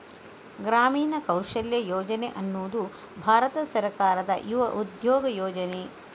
ಗ್ರಾಮೀಣ ಕೌಶಲ್ಯ ಯೋಜನೆ ಅನ್ನುದು ಭಾರತ ಸರ್ಕಾರದ ಯುವ ಉದ್ಯೋಗ ಯೋಜನೆ